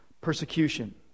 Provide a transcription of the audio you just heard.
persecution